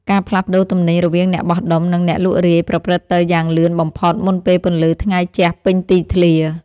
ការផ្លាស់ប្តូរទំនិញរវាងអ្នកបោះដុំ និងអ្នកលក់រាយប្រព្រឹត្តទៅយ៉ាងលឿនបំផុតមុនពេលពន្លឺថ្ងៃជះពេញទីធ្លា។